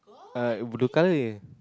uh blue colour